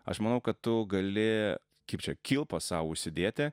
aš manau kad tu gali kaip čia kilpą sau užsidėti